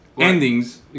Endings